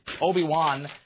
Obi-Wan